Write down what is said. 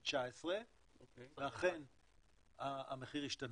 ב-2019 ואכן המחיר השתנה.